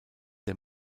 der